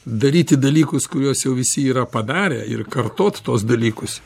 daryti dalykus kuriuos jau visi yra padarę ir kartot tuos dalykus